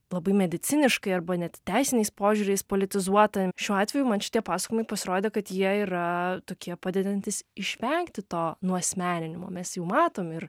labai mediciniškai arba net teisiniais požiūriais politizuota šiuo atveju man šitie pasakojimai pasirodė kad jie yra tokie padedantys išvengti to nuasmeninimo mes jau matom ir